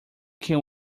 can